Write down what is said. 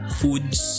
foods